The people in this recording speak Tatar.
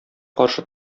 каршы